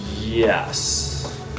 Yes